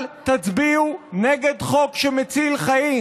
אל תצביעו נגד חוק שמציל חיים.